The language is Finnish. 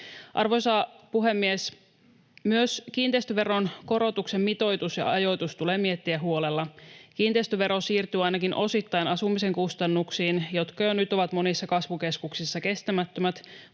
Arvoisa puhemies! Myös kiinteistöveron korotuksen mitoitus ja ajoitus tulee miettiä huolella. Kiinteistövero siirtyy ainakin osittain asumisen kustannuksiin, jotka jo nyt ovat monissa kasvukeskuksissa kestämättömät